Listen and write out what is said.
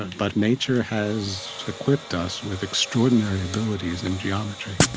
but nature has equipped us with extraordinary abilities in geometry.